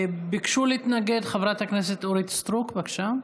ביקשה להתנגד חברת הכנסת אורית סטרוק, בבקשה.